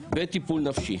טיפול נפשי